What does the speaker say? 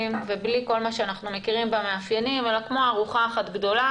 ובלי כל מה שאנחנו מכירים אלא כמו ארוחה אחת גדולה,